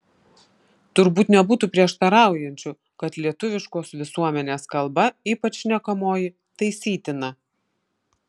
turbūt nebūtų prieštaraujančių kad lietuviškos visuomenės kalba ypač šnekamoji taisytina